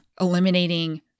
eliminating